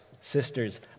sisters